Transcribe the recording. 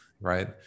right